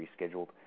rescheduled